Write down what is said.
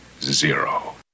zero